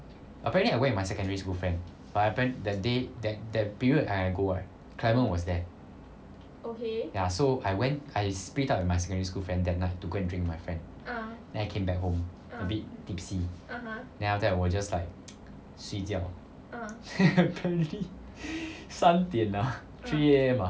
apparently I went with my secondary school friend but apparent~ that day that that period when I go right kaiven was there ya so I went I split up with my secondary school friend that night to go and drink with my friend then I came back home a bit tipsy then after that 我 just like 睡觉 apparently 三点啊 three A_M ah